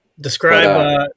Describe